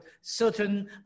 certain